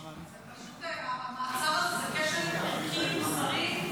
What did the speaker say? המעצר הזה הוא כשל חוקי, מוסרי,